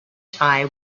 tie